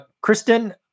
Kristen